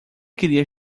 queria